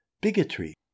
bigotry